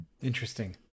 interesting